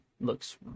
looks